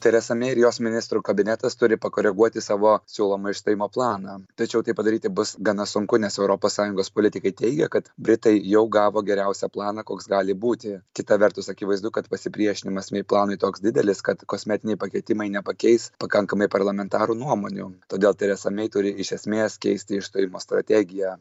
teresa mei ir jos ministrų kabinetas turi pakoreguoti savo siūlomą išstojimo planą tačiau tai padaryti bus gana sunku nes europos sąjungos politikai teigia kad britai jau gavo geriausią planą koks gali būti kita vertus akivaizdu kad pasipriešinimas mei planui toks didelis kad kosmetiniai pakeitimai nepakeis pakankamai parlamentarų nuomonių todėl teresa mei turi iš esmės keisti išstojimo strategiją